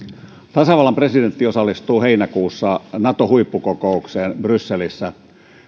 tasavallan presidentti osallistuu heinäkuussa nato huippukokoukseen brysselissä